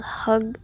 hug